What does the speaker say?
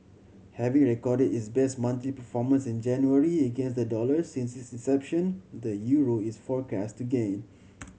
having recorded its best monthly performance in January against the dollar since its inception the euro is forecast to gain